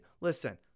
Listen